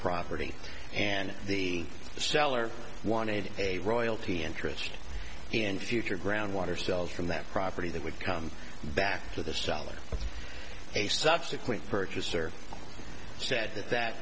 property and the seller wanted a royalty interest in future groundwater sells from that property that would come back to the seller a subsequent purchaser said that that